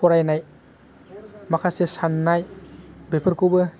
फरायनाय माखासे सान्नाय बेफोरखौबो